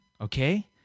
Okay